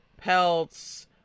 pelts